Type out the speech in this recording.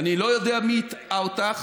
אני לא יודע מי הטעה אותך